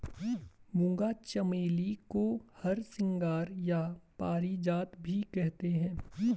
मूंगा चमेली को हरसिंगार या पारिजात भी कहते हैं